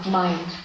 mind